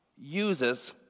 Uses